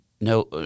No